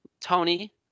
Tony